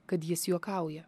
kad jis juokauja